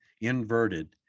inverted